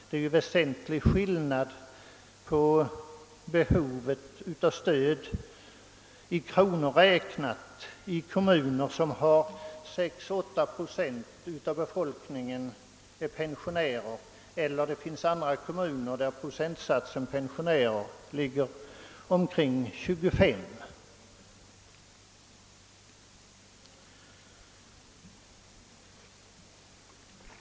Det är en väsentlig skillnad på behovet av stöd i kronor räknat inom kommuner, där 6 å 8 procent av befolkningen är pensionärer, och inom kommuner där antalet pensionärer uppgår till 25 procent.